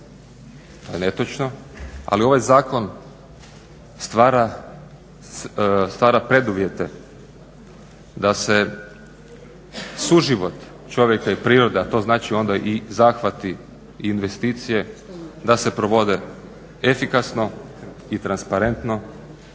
ali ovaj zakon stvara preduvjete da se suživot čovjeka i prirode, a to znači onda i zahvati i investicije da se provode efikasno i transparentno